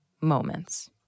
moments